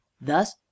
thus